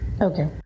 Okay